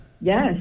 Yes